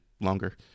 longer